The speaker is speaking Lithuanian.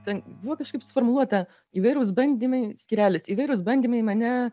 ten buvo kažkaip suformuluota įvairūs bandymai skyrelis įvairūs bandymai mane